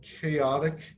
chaotic